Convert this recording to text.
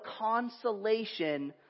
consolation